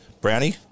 Brownie